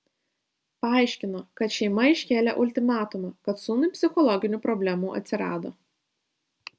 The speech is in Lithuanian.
paaiškino kad šeima iškėlė ultimatumą kad sūnui psichologinių problemų atsirado